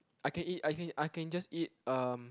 I can eat I can I can just eat um